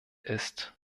ist